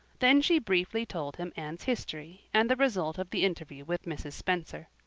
then she briefly told him anne's history and the result of the interview with mrs. spencer.